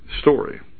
story